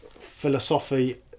philosophy